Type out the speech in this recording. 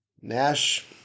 Nash